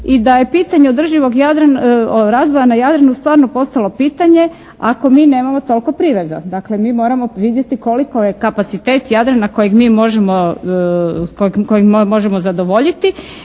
i da je pitanje održivog razvoja na Jadranu stvarno postalo pitanje ako mi nemamo toliko priveza. Dakle mi moramo vidjeti koliko je kapacitet Jadrana na kojeg mi možemo zadovoljiti